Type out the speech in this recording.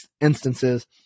instances